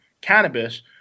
cannabis